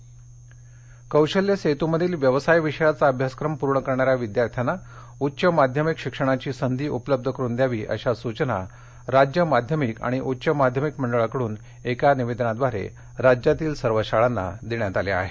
सेतू कौशल्य सेतूमधील व्यवसाय विषयाचा अभ्यासक्रम पूर्ण करणाऱ्या विद्यार्थ्यांना उच्च माध्यमिक शिक्षणाची संधी उपलब्ध करून द्यावी अशा सुचना राज्य माध्यमिक आणि उच्च माध्यमिक मंडळाकडून एका निवेदनाद्वारे राज्यातील सर्व शाळांना देण्यात आल्या आहेत